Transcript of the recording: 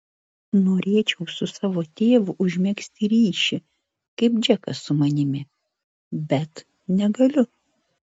norėčiau su savo tėvu užmegzti ryšį kaip džekas su manimi bet negaliu